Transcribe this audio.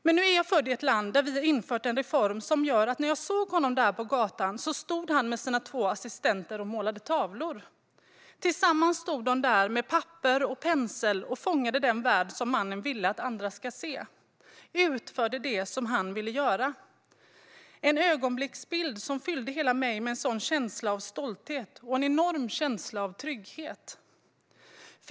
Men nu är jag född i ett land där vi har genomfört en reform som gjort att han, när jag såg honom där på gatan, stod med sina två assistenter och målade tavlor. Tillsammans stod de där med papper och pensel och fångade den värld som mannen ville att andra ska se. De utförde det som han ville göra. Det var en ögonblicksbild som fyllde hela mig med en känsla av stolthet och en enorm känsla av trygghet.